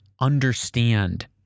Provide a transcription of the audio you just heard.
understand